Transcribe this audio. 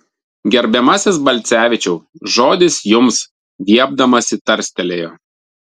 gerbiamasis balcevičiau žodis jums viepdamasi tarstelėjo